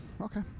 Okay